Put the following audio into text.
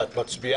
חתונה או בר מצווה